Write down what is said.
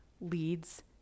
leads